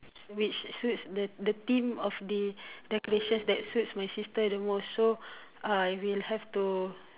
which suits the theme of the decoration that suits my sister the most so I will have to